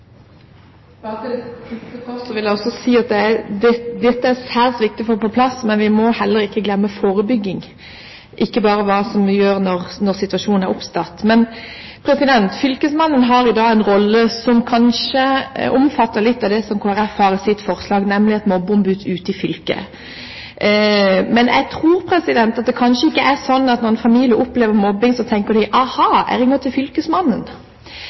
viktig å få på plass, men vi må heller ikke glemme forebygging, og ikke bare se på hva vi gjør når situasjonen er oppstått. Fylkesmannen har i dag en rolle som kanskje omfatter litt av det som Kristelig Folkeparti har i sitt forslag, nemlig et mobbeombud ute i fylket. Men jeg tror kanskje ikke at det er slik at når en familie opplever mobbing, så tenker de: Aha, jeg ringer til fylkesmannen.